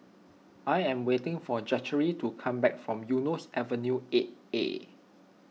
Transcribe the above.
I am waiting for Zachary to come back from Eunos Avenue eight A